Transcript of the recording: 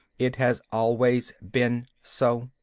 it has always been so.